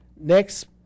Next